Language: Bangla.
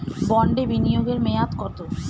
বন্ডে বিনিয়োগ এর মেয়াদ কত?